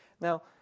Now